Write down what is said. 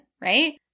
right